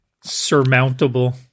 Surmountable